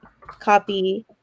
copy